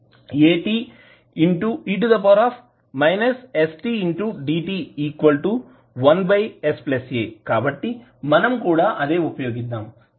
e ate stdt1sa కాబట్టి మనం కూడా అదే ఉపయోగిద్దాం